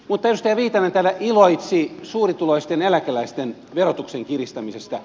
edustaja viitanen täällä iloitsi suurituloisten eläkeläisten verotuksen kiristämisestä